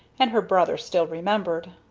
and her brother still remembered.